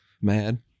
mad